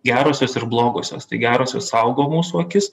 gerosios ir blogosios tai gerosios saugo mūsų akis